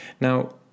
Now